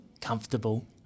comfortable